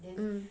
mm